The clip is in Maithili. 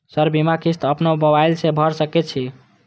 सर बीमा किस्त अपनो मोबाईल से भर सके छी?